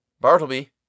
Bartleby